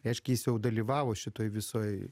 reiškia jis jau dalyvavo šitoj visoj